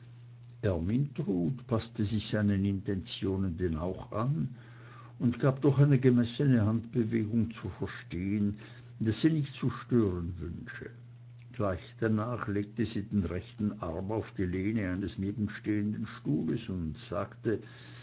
paßte sich seinen intentionen denn auch an und gab durch eine gemessene handbewegung zu verstehen daß sie nicht zu stören wünsche gleich danach legte sie den rechten arm auf die lehne eines nebenstehenden stuhles und sagte